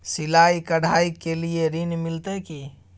सिलाई, कढ़ाई के लिए ऋण मिलते की?